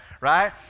right